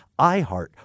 iHeart